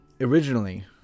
originally